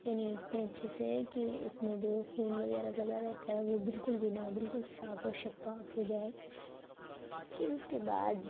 یعنی اتنے اچھے سے کہ اس میں جو خون وغیرہ لگا رہتا ہے وہ بالکل بھی نہ ہو بالکل صاف اور شفاف ہو جائے پھر اس کے بعد